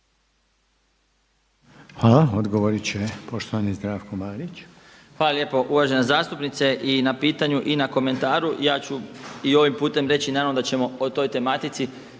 Hvala. Odgovorit će poštovani Zdravko Marić. **Marić, Zdravko** Hvala lijepo uvažena zastupnice i na pitanju i na komentaru. Ja ću i ovim putem reći naravno da ćemo o toj tematici